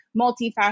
multifaceted